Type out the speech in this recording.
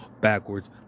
backwards